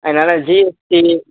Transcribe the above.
அதனால் ஜிஎஸ்டி